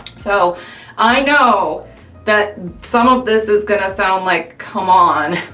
so i know that some of this is gonna sound like, c'mon,